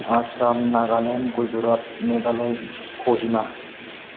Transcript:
Assam Nagaland Gujarat Meghalaya Kohima